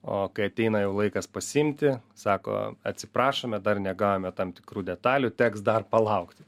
o kai ateina jau laikas pasiimti sako atsiprašome dar negavome tam tikrų detalių teks dar palaukti